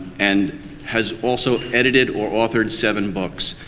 and has also edited or authored seven books.